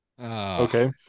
Okay